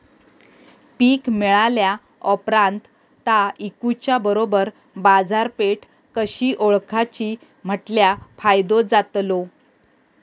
पीक मिळाल्या ऑप्रात ता इकुच्या बरोबर बाजारपेठ कशी ओळखाची म्हटल्या फायदो जातलो?